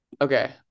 Okay